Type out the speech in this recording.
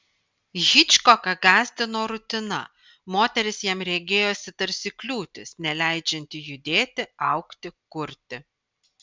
hičkoką gąsdino rutina moteris jam regėjosi tarsi kliūtis neleidžianti judėti augti kurti